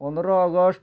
ପନ୍ଦର ଅଗଷ୍ଟ